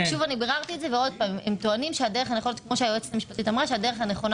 ביררתי את זה והם טוענים שהדרך הנכונה